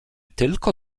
tylko